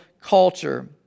culture